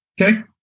Okay